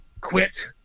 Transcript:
quit